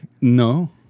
No